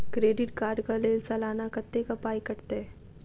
Credit card कऽ लेल सलाना कत्तेक पाई कटतै?